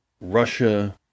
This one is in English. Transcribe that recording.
Russia